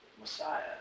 Messiah